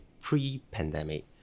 pre-pandemic